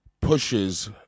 pushes